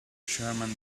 sherman